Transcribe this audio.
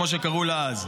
כמו שקראו לה אז.